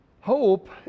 Hope